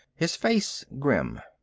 his face grim.